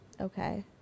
Okay